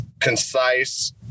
concise